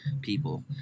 people